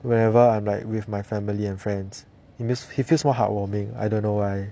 wherever I'm like with my family and friends it means it feels more heartwarming I don't know why